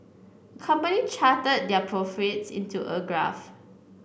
the company charted their profits into a graph